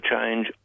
change